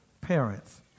parents